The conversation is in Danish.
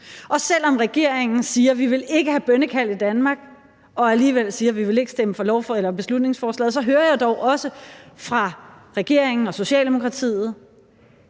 Og selv om regeringen siger, at man ikke vil have bønnekald i Danmark, og alligevel siger, at man ikke vil stemme for beslutningsforslaget, så hører jeg dog også fra regeringen og Socialdemokratiet,